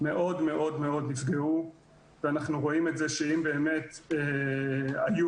מאוד מאוד מאוד נפגעו ואנחנו רואים שאם באמת היו